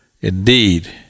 indeed